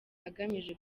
agamije